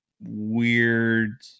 weird